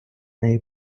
неї